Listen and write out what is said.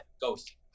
Ghost